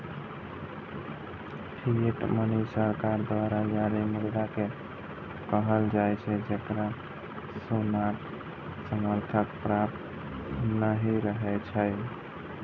fiat money सरकार द्वारा जारी मुद्रा कें कहल जाइ छै, जेकरा सोनाक समर्थन प्राप्त नहि रहै छै